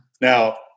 Now